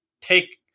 take